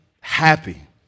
happy